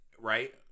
Right